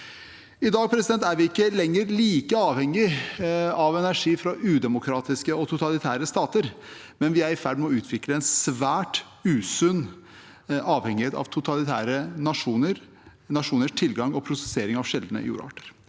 I dag er vi ikke lenger like avhengig av energi fra udemokratiske og totalitære stater, men vi er i ferd med å utvikle en svært usunn avhengighet av totalitære nasjoners tilgang til og prosessering av sjeldne jordarter.